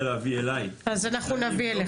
להביא אליי --- אז אנחנו נביא אליך.